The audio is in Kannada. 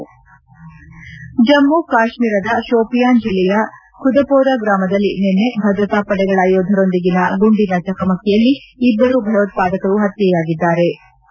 ಹೆಡ್ ಜಮ್ಮ ಕಾಶ್ಮೀರದ ಶೋಪಿಯಾನ್ ಜಿಲ್ಲೆಯ ಖುದಪೋರ ಗ್ರಾಮದಲ್ಲಿ ನಿನ್ನೆ ಭದ್ರತಾ ಪಡೆಗಳ ಯೋಧರೊಂದಿಗಿನ ಗುಂಡಿನ ಚಕಮಕಿಯಲ್ಲಿ ಅಪರಿಚಿತ ಭಯೋತ್ವಾದಕನೊಬ್ಬ ಹತ್ಯೆಯಾಗಿದ್ದಾನೆ